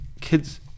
kids